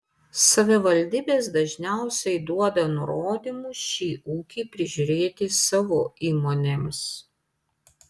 savivaldybės dažniausiai duoda nurodymų šį ūkį prižiūrėti savo įmonėms